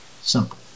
simple